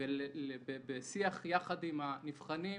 ובשיח יחד עם הנבחנים,